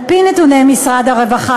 על-פי נתונים ממשרד הרווחה,